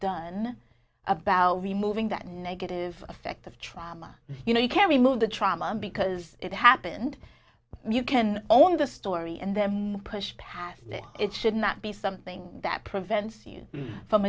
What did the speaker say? done about removing that negative effect of trauma you know you can remove the trauma because it happened you can only the story and then push past it should not be something that prevents you from